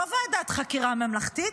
לא ועדת חקירה ממלכתית.